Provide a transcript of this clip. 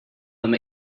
them